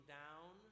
down